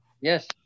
yes